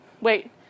Wait